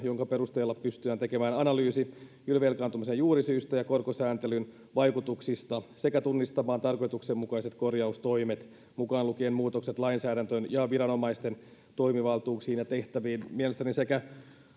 jonka perusteella pystytään tekemään analyysi ylivelkaantumisen juurisyistä ja korkosääntelyn vaikutuksista sekä tunnistamaan tarkoituksenmukaiset korjaustoimet mukaan lukien muutokset lainsäädäntöön ja viranomaisten toimivaltuuksiin ja tehtäviin mielestäni sekä